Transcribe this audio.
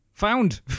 found